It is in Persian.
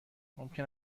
ممکن